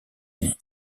unis